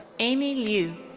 amy liu.